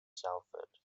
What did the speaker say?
salford